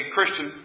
Christian